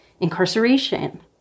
incarceration